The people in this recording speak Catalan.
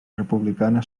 republicana